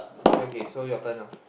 okay okay so your turn lah